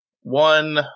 One